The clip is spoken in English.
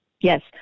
Yes